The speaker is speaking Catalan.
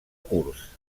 curts